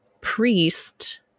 priest